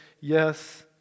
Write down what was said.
yes